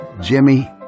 Jimmy